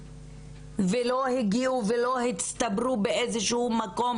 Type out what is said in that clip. ולא הגיעו ולא הצטברו באיזה שהוא מקום,